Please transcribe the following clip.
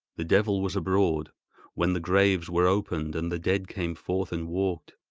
the devil was abroad when the graves were opened and the dead came forth and walked.